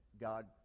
God